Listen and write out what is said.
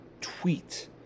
tweet